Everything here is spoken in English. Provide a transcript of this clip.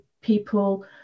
people